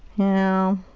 now